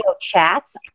chats